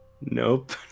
Nope